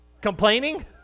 Complaining